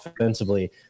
offensively